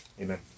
amen